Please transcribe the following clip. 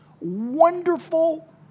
wonderful